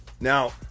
Now